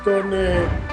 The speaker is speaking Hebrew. סרטון).